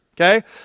okay